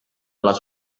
les